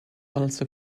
also